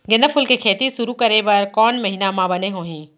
गेंदा फूल के खेती शुरू करे बर कौन महीना मा बने होही?